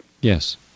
Yes